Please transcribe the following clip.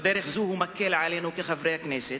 בדרך זו הוא מקל עלינו כחברי הכנסת,